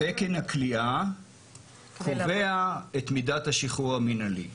תקן הכליאה קובע את מידת השחרור המנהלי.